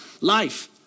life